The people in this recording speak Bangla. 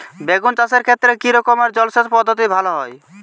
বেগুন চাষের ক্ষেত্রে কি রকমের জলসেচ পদ্ধতি ভালো হয়?